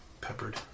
Peppered